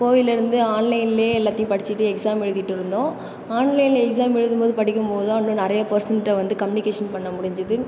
கோவிட்டில் இருந்து ஆன்லைன்லேயே எல்லாத்தையும் படிச்சிகிட்டு எக்ஸாம் எழுதிகிட்டு இருந்தோம் ஆன்லைன் எக்ஸாம் எழுதும்போது படிக்கும்போது தான் இன்னும் நிறையா பெர்சன்கிட்ட வந்து கம்யூனிகேஷன் ண்ண முடிஞ்சுது